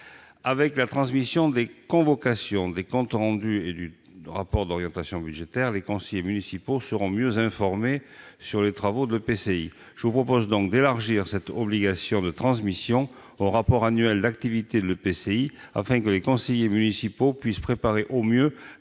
Avec la transmission des convocations, des comptes rendus et du rapport d'orientation budgétaire, les conseillers municipaux seront mieux informés sur les travaux de l'EPCI. Je propose d'élargir cette obligation de transmission au rapport annuel d'activité de l'EPCI, afin que les conseillers municipaux puissent préparer au mieux